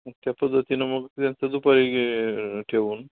मग त्यापद्धतीने मग त्यांचं दुपारी घे ठेऊन